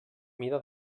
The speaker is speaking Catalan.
mida